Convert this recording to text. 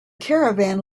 caravan